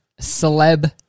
celeb